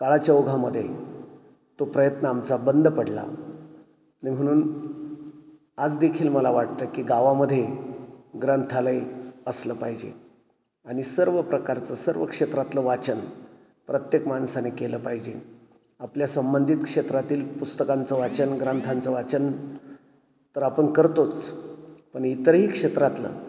काळाच्या ओघामधे तो प्रयत्न आमचा बंद पडला आणि म्हणून आज देखील मला वाटतं की गावामध्ये ग्रंथालय असलं पाहिजे आणि सर्व प्रकारचं सर्व क्षेत्रातलं वाचन प्रत्येक माणसाने केलं पाहिजे आपल्या संबंधित क्षेत्रातील पुस्तकांचं वाचन ग्रंथांचं वाचन तर आपण करतोच पण इतरही क्षेत्रातलं